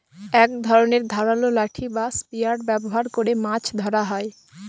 এক ধরনের ধারালো লাঠি বা স্পিয়ার ব্যবহার করে মাছ ধরা হয়